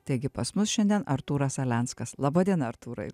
taigi pas mus šiandien artūras alenskas laba diena artūrai